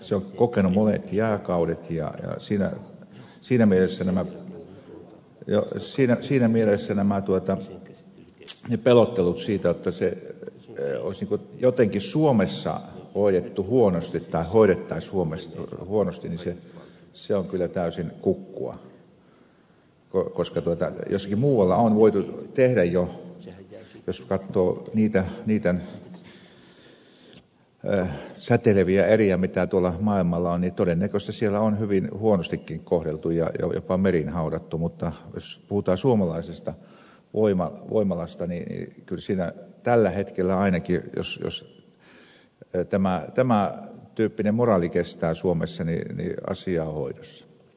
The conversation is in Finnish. se on kokenut monet jääkaudet ja siinä mielessä se pelottelu jotta se olisi jotenkin suomessa hoidettu huonosti tai hoidettaisiin suomessa huonosti on kyllä täysin kukkua koska jossakin muualla on todennäköisesti jo jos katsoo niitä säteileviä eriä joita tuolla maailmalla on hyvin huonostikin kohdeltu niitä ja jopa meriin haudattu mutta jos puhutaan suomalaisesta voimalasta niin kyllä siinä tällä hetkellä ainakin jos tämän tyyppinen moraali kestää suomessa asia on hoidossa